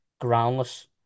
groundless